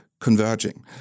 converging